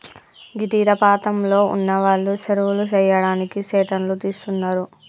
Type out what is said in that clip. గీ తీరపాంతంలో ఉన్నవాళ్లు సెరువులు సెయ్యడానికి సెట్లను తీస్తున్నరు